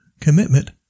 Commitment